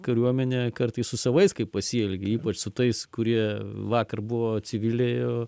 kariuomenė kartais su savais kaip pasielgia ypač su tais kurie vakar buvo civiliai o